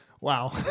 Wow